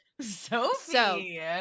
Sophie